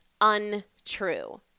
untrue